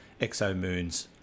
exomoons